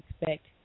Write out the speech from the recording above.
expect